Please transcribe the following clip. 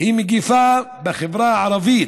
היא מגפה בחברה הערבית.